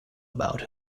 about